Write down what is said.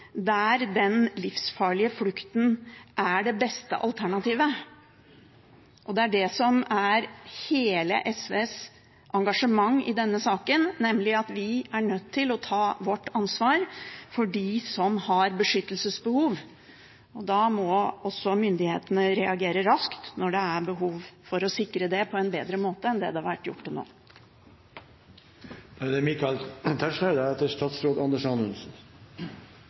der den livsfarlige flukten er det beste alternativet. Det er det som er hele SVs engasjement i denne saken, nemlig at vi er nødt til å ta vår del av ansvaret for dem som har beskyttelsesbehov. Da må også myndighetene reagere raskt når det er behov for å sikre det på en bedre måte enn det har vært gjort til